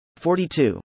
42